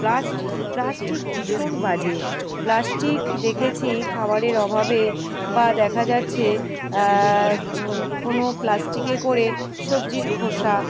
plastic plastic ভীষণ বাজে plastic দেখেছি খাবারের অভাবে বা দেখা যাচ্ছে কোনো প্লাস্টিকে করে সবজির খোসা